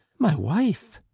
my wife.